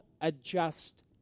adjust